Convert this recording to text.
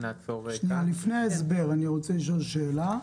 לפני ההסבר אני רוצה לשאול שאלה.